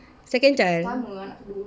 second child